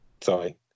Sorry